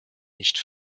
nicht